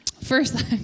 First